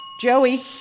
Joey